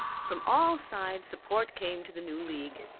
from all sides support came to the new league.